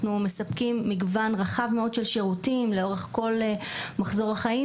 אנחנו מספקים מגוון רחב מאוד של שירותים לאורך כל מחזור החיים.